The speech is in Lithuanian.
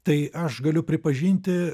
tai aš galiu pripažinti